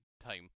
time